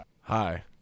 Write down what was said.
Hi